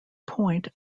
point